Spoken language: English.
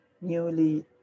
newly